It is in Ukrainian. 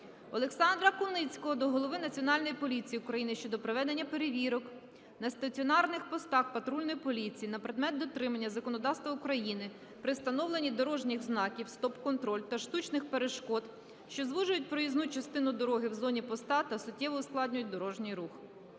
Олександра Куницького до голови Національної поліції України щодо проведення перевірок на стаціонарних постах патрульної поліції на предмет дотримання законодавства України при встановленні дорожніх знаків "СТОП-КОНТРОЛЬ" та штучних перешкод, що звужують проїзну частину дороги в зоні поста та суттєво ускладнюють дорожній рух.